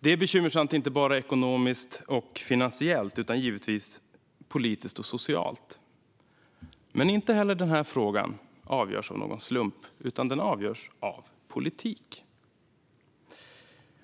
Det är bekymmersamt inte bara ekonomiskt och finansiellt, utan givetvis också politiskt och socialt. Men inte heller denna fråga avgörs av någon slump, utan den avgörs av politik.